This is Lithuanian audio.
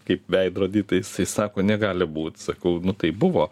kaip veidrody tai jisai sako negali būt sakau nu taip buvo